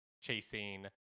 chasing